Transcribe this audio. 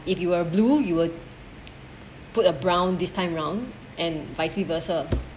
if you are blue you would put a brown this time round and vice versa